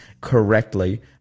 correctly